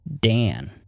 dan